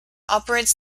operates